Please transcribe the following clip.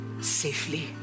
safely